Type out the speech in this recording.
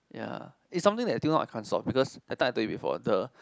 ya is something that think of I can't solve because that time I tell you before the